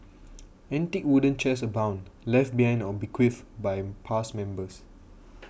antique wooden chairs abound left behind or bequeathed by past members